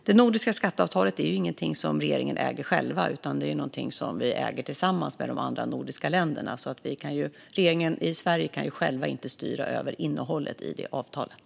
Det nordiska skatteavtalet är ingenting som regeringen äger själv. Det är något vi äger tillsammans med de andra nordiska länderna. Regeringen i Sverige kan inte själv styra över innehållet i det avtalet.